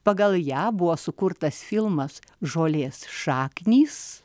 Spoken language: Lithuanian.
pagal ją buvo sukurtas filmas žolės šaknys